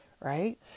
right